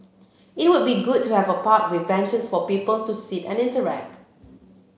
it would be good to have a park with benches for people to sit and interact